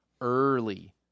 early